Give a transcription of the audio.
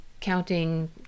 counting